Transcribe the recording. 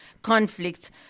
Conflict